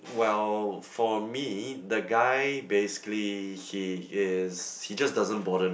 well for me the guy basically he is he just doesn't bother me